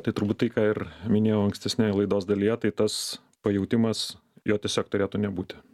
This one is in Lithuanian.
tai turbūt tai ką ir minėjau ankstesnėj laidos dalyje tai tas pajautimas jo tiesiog turėtų nebūti